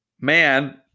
Man